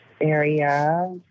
area